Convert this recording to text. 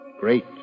Great